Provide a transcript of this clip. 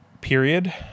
period